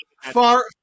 Far